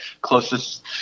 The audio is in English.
closest